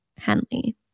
Henley